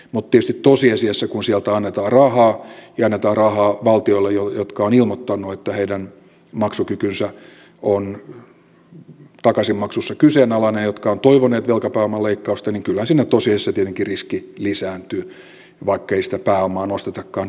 mutta tietysti tosiasiassa kun sieltä annetaan rahaa ja annetaan rahaa valtioille jotka ovat ilmoittaneet että heidän maksukykynsä on takaisinmaksussa kyseenalainen jotka ovat toivoneet velkapääoman leikkausta niin kyllähän siinä tietenkin riski lisääntyy vaikkei sitä pääomaa nostetakaan